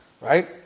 right